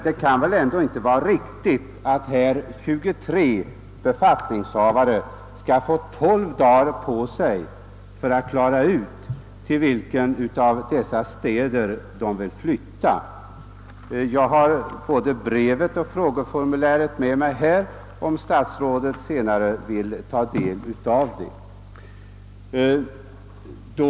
Det kan väl ändå inte vara riktigt att 23 befattningshavare får 12 dagar på sig att bestämma vilken av angivna städer de vill flytta till. Jag har både brevet och frågeformuläret med mig, om statsrådet vill ta del av dem senare.